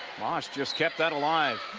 maahs just kept that alive.